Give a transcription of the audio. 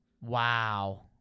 Wow